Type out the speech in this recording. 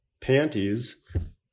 panties